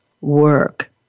work